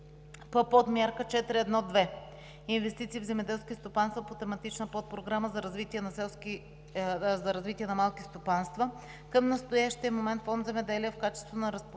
По Подмярка 4.1.2 „Инвестиции в земеделски стопанства по Тематична подпрограма за развитие на малки стопанства“ към настоящия момент в качеството си на разплащателна